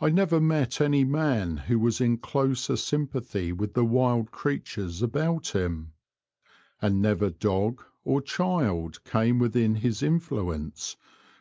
i never met any man who was in closer sympathy with the wild creatures about him and never dog or child came within his influence